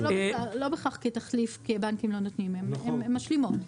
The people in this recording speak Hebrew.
לא בהכרח כתחליף כי הבנקים לא נותנים, הן משלימות.